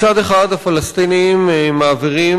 מצד אחד הפלסטינים מעבירים,